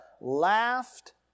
laughed